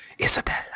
Isabella